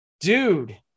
Dude